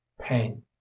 pain